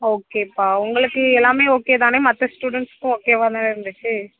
ஓகேப்பா உங்களுக்கு எல்லாம் ஓகே தானே மற்ற ஸ்டுடென்ட்ஸ்சுக்கும் ஓகேவா தான இருந்துச்சி